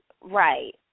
Right